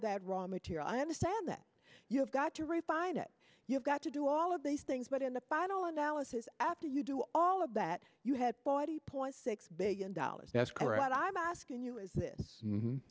that raw material i understand that you have got to refine it you have got to do all of these things but in the final analysis after you do all of that you had forty point six billion dollars that's correct i'm asking you is this